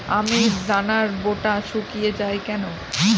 আমের দানার বোঁটা শুকিয়ে য়ায় কেন?